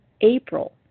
april